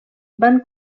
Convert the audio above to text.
van